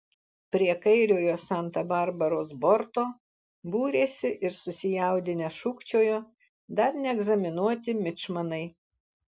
prie kairiojo santa barbaros borto būrėsi ir susijaudinę šūkčiojo dar neegzaminuoti mičmanai